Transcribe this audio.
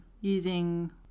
using